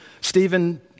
Stephen